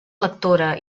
lectora